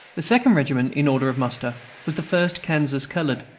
the second regiment in order of muster was the first kansas colored,